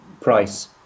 price